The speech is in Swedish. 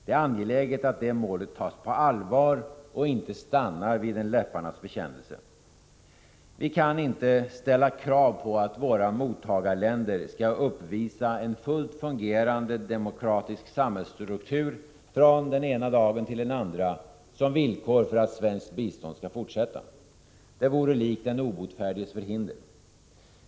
Det är angeläget att det målet tas på allvar och inte stannar vid en läpparnas bekännelse. Vi kan inte ställa krav på att våra mottagarländer skall uppvisa en fullt fungerande demokratisk samhällsstruktur från den ena dagen till den andra som villkor för att svenskt bistånd skall fortsätta. Det vore likt den obotfärdiges förhinder.